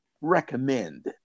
recommend